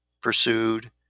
pursued